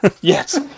Yes